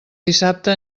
dissabte